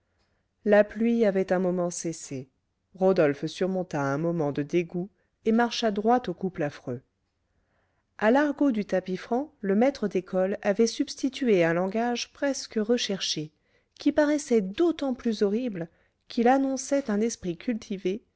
la pluie avait un moment cessé rodolphe surmonta un moment de dégoût et marcha droit au couple affreux à l'argot du tapis franc le maître d'école avait substitué un langage presque recherché qui paraissait d'autant plus horrible qu'il annonçait un esprit cultivé